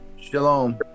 shalom